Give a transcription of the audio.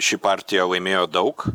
ši partija laimėjo daug